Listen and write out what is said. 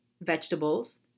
vegetables